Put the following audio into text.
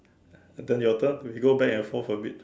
then your turn we go back and forth a bit